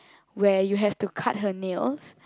where you have to cut her nails